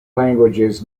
languages